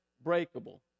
breakable